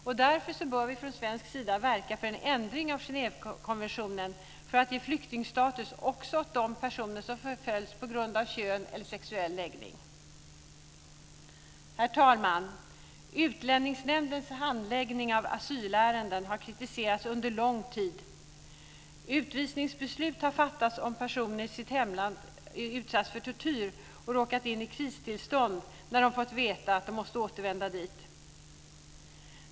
Vi bör därför från svensk sida verka för en ändring av Genèvekonventionen för att ge flyktingstatus också åt de personer som förföljs på grund av kön eller sexuell läggning. Herr talman! Utlänningsnämndens handläggning av asylärenden har kritiserats under lång tid. Utvisningsbeslut har fattats om personer som i sitt hemland utsatts för tortyr och råkat in i kristillstånd när de fått veta att de måste återvända dit.